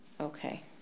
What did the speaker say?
Okay